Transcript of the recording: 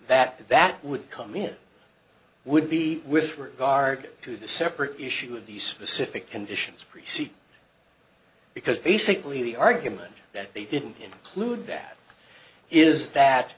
that that would come it would be with regard to the separate issue of these specific conditions preceding because basically the argument that they didn't include that is that